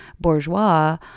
bourgeois